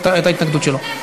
אתה לא תדבר על שום נושא אחר.